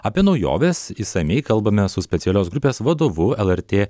apie naujoves išsamiai kalbame su specialios grupės vadovu lrt